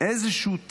איזשהו טריז,